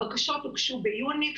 הבקשות הוגשו ביוני,